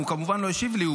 הוא כמובן לא השיב לי.